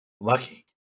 Lucky